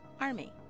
Army